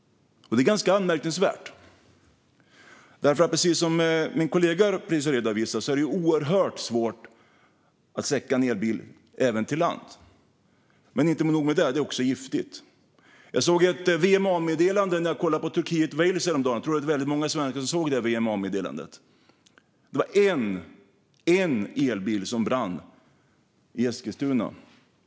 Detta är ganska anmärkningsvärt, för precis som min kollega just redovisade är det oerhört svårt att släcka en elbil även på land - men inte nog med det, det är dessutom giftigt. När jag kollade på matchen mellan Turkiet och Wales häromdagen kom det ett VMA-larm som jag tror att väldigt många svenskar såg. Det handlade om en elbil som brann i Eskilstuna - en enda bil.